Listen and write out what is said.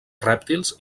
rèptils